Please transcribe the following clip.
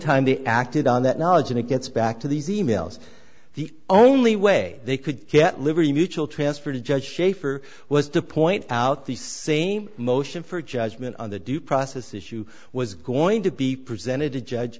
time they acted on that knowledge and it gets back to these e mails the only way they could get liberty mutual transfer to judge shafer was to point out these same motion for judgment on the due process issue was going to be presented to judge